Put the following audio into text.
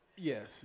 Yes